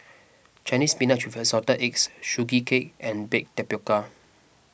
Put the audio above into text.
Chinese Spinach with Assorted Eggs Sugee Cake and Baked Tapioca